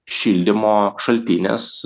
šildymo šaltinis